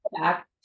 Back